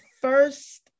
first